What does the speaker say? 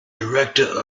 director